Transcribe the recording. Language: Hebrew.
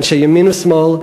אנשי ימין ושמאל,